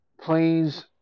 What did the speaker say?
Please